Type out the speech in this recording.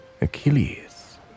Achilles